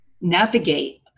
navigate